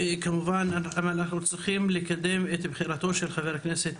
אנחנו צריכים לקדם את בחירתו של חבר הכנסת